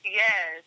yes